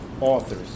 authors